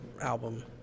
album